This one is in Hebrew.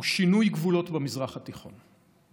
הוא שינוי גבולות במזרח התיכון.